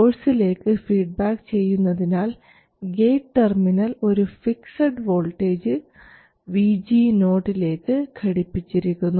സോഴ്സിലേക്ക് ഫീഡ്ബാക്ക് ചെയ്യുന്നതിനാൽ gate terminal ഒരു ഫിക്സഡ് വോൾട്ടേജ് VG0 ലേക്ക് ഘടിപ്പിച്ചിരുന്നു